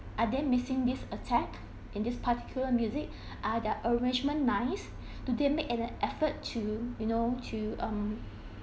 are they missing this track in this particular music are their arrangements nice do they make an effort to you know to um